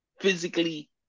physically